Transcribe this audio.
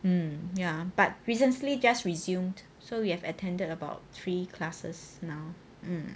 um ya but recently just resumed so we have attended about three classes now um